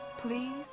Please